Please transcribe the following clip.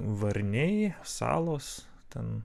varniai salos ten